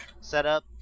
setup